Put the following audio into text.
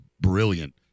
brilliant